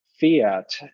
fiat